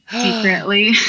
secretly